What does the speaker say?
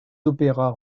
opéras